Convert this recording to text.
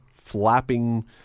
flapping